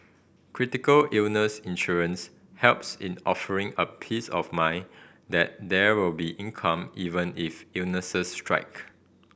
critical illness insurance helps in offering a peace of mind that there will be income even if illnesses strike